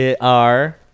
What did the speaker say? are-